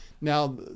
Now